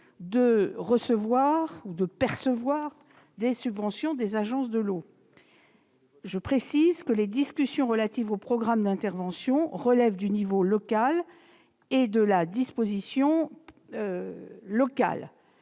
la possibilité de percevoir des subventions des agences de l'eau. Je précise que les discussions relatives aux programmes d'intervention relèvent du niveau local et de la disposition locale.